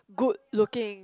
good looking